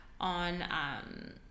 on